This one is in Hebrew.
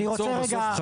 אני רוצה רגע --- בסוף,